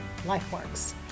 LifeWorks